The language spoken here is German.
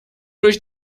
durch